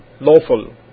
lawful